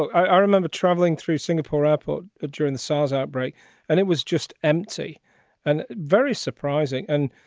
i remember traveling through singapore airport ah during the sars outbreak and it was just empty and very surprising. and,